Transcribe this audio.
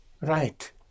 Right